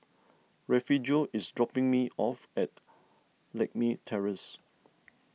Refugio is dropping me off at Lakme Terrace